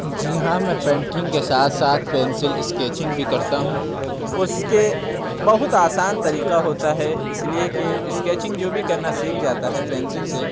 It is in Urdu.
جی ہاں میں پینٹنگ کے ساتھ ساتھ پینسل اسکیچنگ بھی کرتا ہوں اُس کے بہت آسان طریقہ ہوتا ہے اِس لیے کہ اسکیچنگ جو بھی کرنا سیکھ جاتا ہے پینسل سے